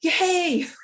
yay